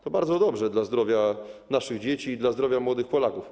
To bardzo dobrze dla zdrowia naszych dzieci i dla zdrowia młodych Polaków.